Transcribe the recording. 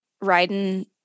riding